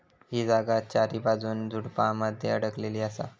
ही जागा चारीबाजून झुडपानमध्ये अडकलेली असा